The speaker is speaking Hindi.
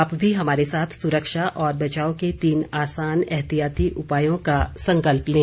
आप भी हमारे साथ सुरक्षा और बचाव के तीन आसान एहतियाती उपायों का संकल्प लें